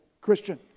Christian